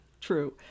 True